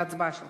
את ההצבעה שלך.